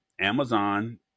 Amazon